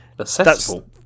Accessible